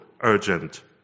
urgent